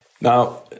Now